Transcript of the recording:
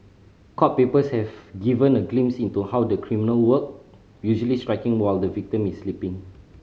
court papers have given a glimpse into how the criminal work usually striking while the victim is sleeping